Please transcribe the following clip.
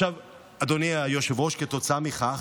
אדוני היושב-ראש, כתוצאה מכך